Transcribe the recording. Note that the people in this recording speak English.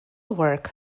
work